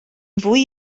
fwy